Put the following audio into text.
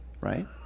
right